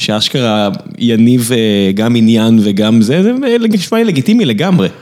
שאשכרה יניב וגם עניין וגם זה, זה נשמע לי לגיטימי לגמרי.